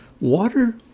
Water